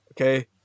Okay